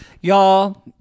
Y'all